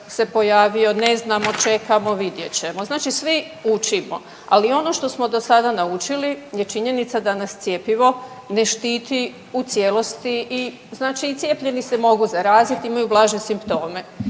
se pojavio, ne znamo, čekamo, vidjet ćemo. Znači svi učimo, ali ono što smo do sada načuli je činjenica da nas cjepivo ne štiti u cijelosti i znači i cijepljeni se mogu zaraziti, imaju blaže simptome.